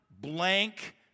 blank